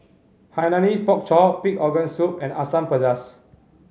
Hainanese Pork Chop pig organ soup and Asam Pedas